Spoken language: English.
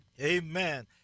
Amen